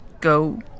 go